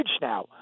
now